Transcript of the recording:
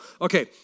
okay